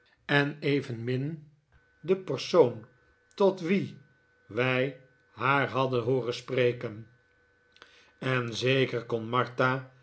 en evenmin den persoon tot wien wij haar hadden hooren spreken en zeker kon martha